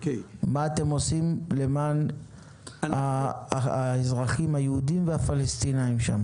מה אתם עושים למען האזרחים היהודים והפלסטינים שם?